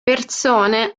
persone